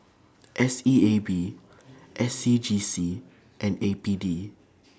S E A B S C G C and A P D